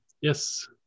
yes